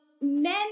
men